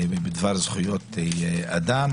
בדבר זכויות אדם